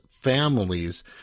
families